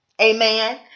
amen